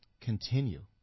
continue